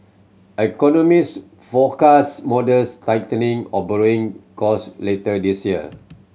economist forecast modest tightening of borrowing cost later this year